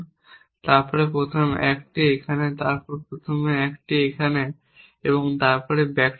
তারপর প্রথম 1টি এখানে তারপর প্রথম 1টি এখানে এবং তারপরে ব্যাক ট্র্যাপ রাখুন